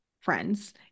friends